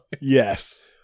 Yes